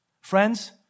Friends